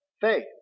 faith